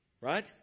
Right